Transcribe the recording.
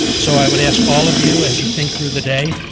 so, i would ask all of you, as you think through the day,